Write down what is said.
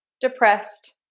depressed